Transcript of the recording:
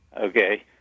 Okay